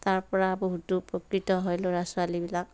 তাৰপৰা বহুতো উপকৃত হয় ল'ৰা ছোৱালীবিলাক